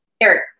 Eric